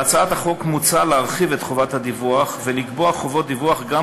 בהצעת החוק מוצע להרחיב את חובת הדיווח ולקבוע חובות דיווח גם